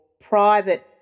private